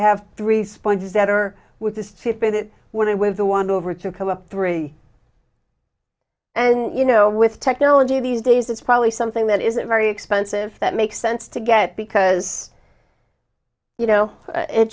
have three sponges that are with the fifty that would have with the wand over to come up three and you know with technology these days it's probably something that is very expensive that makes sense to get because you know it